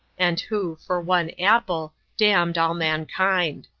and who, for one apple, damned all mankind.